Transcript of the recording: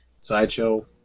Sideshow